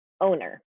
owner